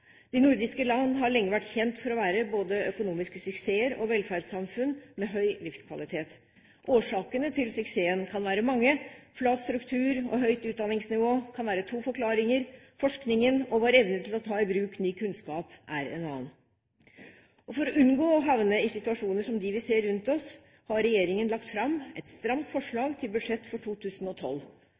De nordiske landene har lenge vært kjent for å være både økonomiske suksesser og velferdssamfunn med høy livskvalitet. Årsakene til suksessen kan være mange. Flat struktur og høyt utdanningsnivå kan være to forklaringer. Forskningen og vår evne til å ta i bruk ny kunnskap er en annen. For å unngå å havne i situasjoner som dem vi ser rundt oss, har regjeringen lagt fram et stramt forslag til budsjett for 2012.